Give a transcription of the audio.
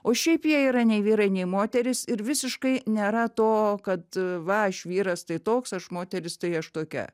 o šiaip jie yra nei vyrai nei moterys ir visiškai nėra to kad va aš vyras tai toks aš moteris tai aš tokia